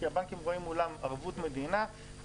כי הבנקים רואים מולם ערבות מדינה.